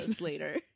later